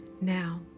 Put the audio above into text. Now